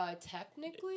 Technically